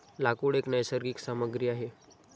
लाकूड एक नैसर्गिक सामग्री आहे